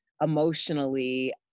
emotionally